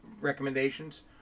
recommendations